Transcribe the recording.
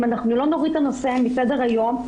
אם אנחנו לא נוריד את הנושא מסדר היום,